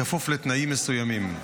בכפוף לתנאים מסוימים.